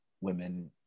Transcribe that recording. women